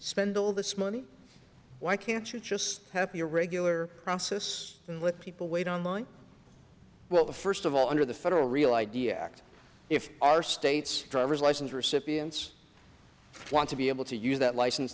spend all this money why can't you just happy a regular process in which people wait on line well the first of all under the federal real idea act if our states driver's license recipients want to be able to use that license